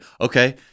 okay